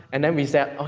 and then we say, okay,